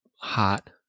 hot